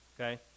Okay